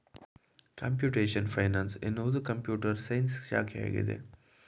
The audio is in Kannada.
ಕಂಪ್ಯೂಟೇಶನ್ ಫೈನಾನ್ಸ್ ಎನ್ನುವುದು ಕಂಪ್ಯೂಟರ್ ಸೈನ್ಸ್ ಶಾಖೆಯಾಗಿದೆ